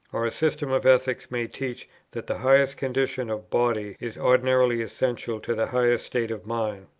or a system of ethics may teach that the highest condition of body is ordinarily essential to the highest state of mind.